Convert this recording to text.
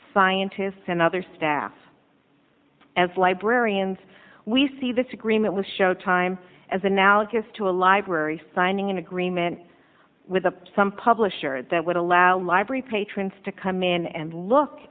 scientists and other staff as librarians we see this agreement with showtime as analogy to a library signing an agreement with the some publisher that would allow library patrons to come in and look